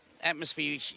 Atmosphere